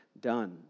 done